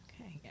Okay